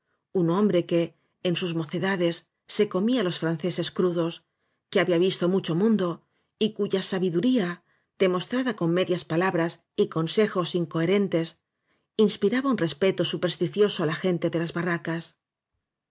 un hombre que en sus mocedades se comía los franceses crudos que había visto mucho mundo y cuya sabiduría de mostrada con medias palabras y consejos in coherentes inspiraba un respeto supersticioso á la ofente de las barracas